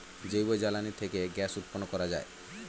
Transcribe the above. জৈব জ্বালানি থেকে গ্যাস উৎপন্ন করা যায়